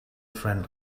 friend